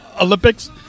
Olympics